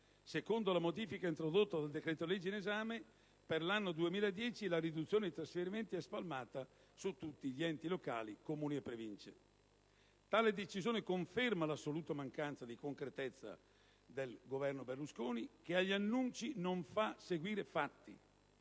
Secondo la modifica introdotta dal decreto-legge in esame, per l'anno 2010 la riduzione dei trasferimenti è spalmata su tutti gli enti locali (Comuni e Province). Tale decisione conferma l'assoluta mancanza di concretezza del Governo Berlusconi che agli annunci non fa seguire fatti